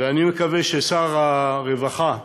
ואני מקווה ששר הרווחה,